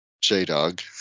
J-Dog